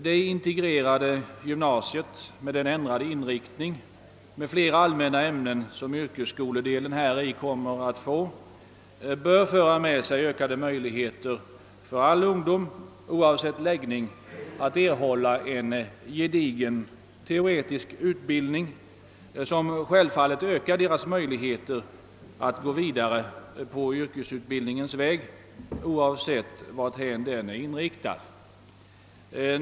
Det integrerade gymnasiet med den ändrade inriktning med flera allmänna ämnen, som yrkesskoledelen häri kommer att få, bör föra med sig ökade möjligheter för all ungdom, oavsett läggning, att erhålla en gedigen teoretisk utbildning, som självfallet ökar deras möjligheter att gå vidare på yrkesutbildningens väg, oavsett varthän denna är inriktad.